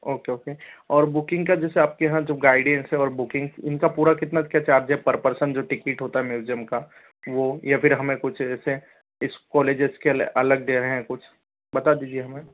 okay okay और booking का जैसे आपके यहाँ जो गाइडेंस है और बुकिंग्स इनका पूरा कितना क्या चार्ज है पर पर्सन जो टिकिट होता है म्यूज़ियम का वो या फिर हमें कुछ ऐसे इस कोलेजेस के अलग डे हैं कुछ बता दीजिए हमें